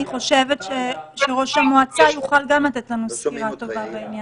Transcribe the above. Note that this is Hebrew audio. אני חושבת שראש המועצה יוכל גם לתת לנו סקירה טובה בעניין הזה,